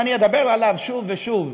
ואני אדבר עליו שוב ושוב,